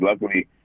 Luckily